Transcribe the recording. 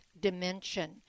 Dimension